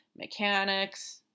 mechanics